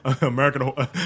American